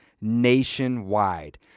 nationwide